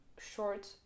short